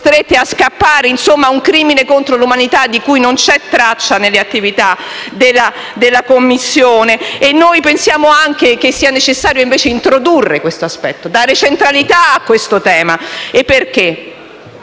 costrette a scappare. Insomma, un crimine contro l'umanità di cui non c'è traccia nelle attività della Commissione. Noi pensiamo che sia invece necessario introdurre anche questo aspetto e dare centralità a questo tema perché,